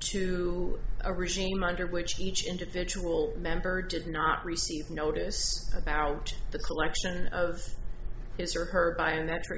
to a regime under which each individual member did not receive notice about the collection of his or her biometric